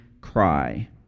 cry